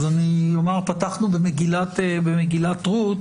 אז אומר פתחנו במגילת רות,